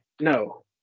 no